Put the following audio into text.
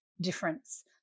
difference